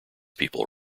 people